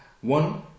One